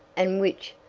and which,